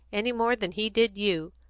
any more than he did you.